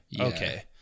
okay